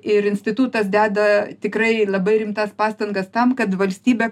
ir institutas deda tikrai labai rimtas pastangas tam kad valstybė